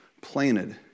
planted